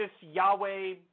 Yahweh